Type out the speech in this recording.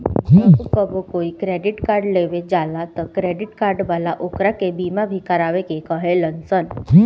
जब कबो कोई क्रेडिट कार्ड लेवे जाला त क्रेडिट कार्ड वाला ओकरा के बीमा भी करावे के कहे लसन